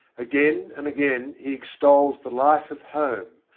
again and again he extols the life of home,